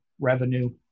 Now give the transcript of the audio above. revenue